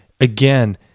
again